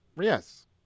Yes